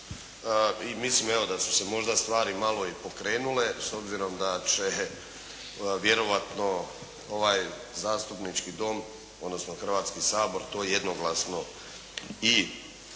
i mislim evo da su se možda stvari malo i pokrenule s obzirom da će vjerojatno ovaj zastupnički Dom odnosno Hrvatski sabor to jednoglasno i usvojiti.